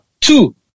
two